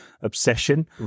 obsession